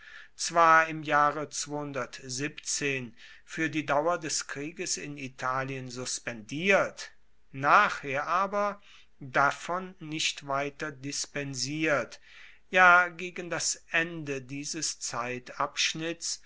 zwar im jahre fuer die dauer des krieges in italien suspendiert nachher aber davon nicht weiter dispensiert ja gegen das ende dieses zeitabschnitts